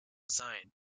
designed